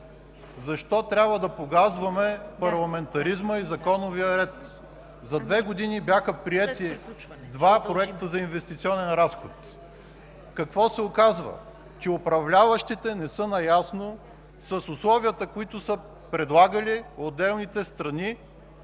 защо трябва да погазваме парламентаризма и законовия ред? За две години бяха приети два проекта за инвестиционен разход. Какво се оказва? Управляващите не са наясно с условията, предлагани от отделните страни